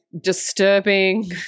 disturbing